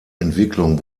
entwicklung